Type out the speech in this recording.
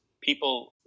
people